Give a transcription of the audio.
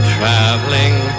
Traveling